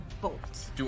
bolt